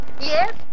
Yes